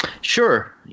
Sure